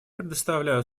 предоставляю